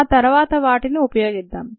ఆ తర్వాత వాటిని ఉపయోగిద్దాం